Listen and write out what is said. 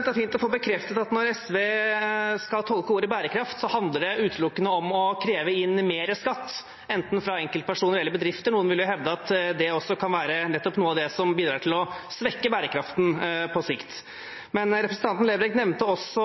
Det er fint å få bekreftet at når SV skal tolke ordet «bærekraft», handler det utelukkende om å kreve inn mer skatt, enten fra enkeltpersoner eller bedrifter. Noen vil jo hevde at det også kan være nettopp noe av det som bidrar til å svekke bærekraften på sikt. Representanten Lerbrekk nevnte også